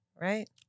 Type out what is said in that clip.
Right